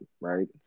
right